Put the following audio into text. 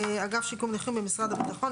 אגף שיקום נכים במשרד הביטחון,